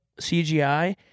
CGI